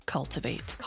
Cultivate